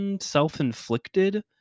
self-inflicted